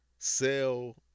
sell